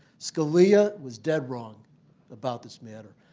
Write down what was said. scalia was dead wrong about this matter.